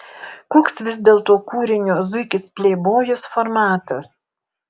koks vis dėlto kūrinio zuikis pleibojus formatas